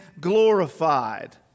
glorified